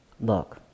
look